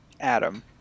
Adam